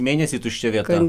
mėnesį tuščia vieta